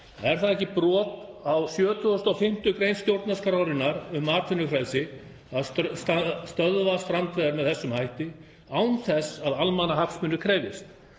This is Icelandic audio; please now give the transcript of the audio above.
Er það ekki brot á 75. gr. stjórnarskrárinnar um atvinnufrelsi að stöðva strandveiðar með þessum hætti án þess að almannahagsmunir krefjist?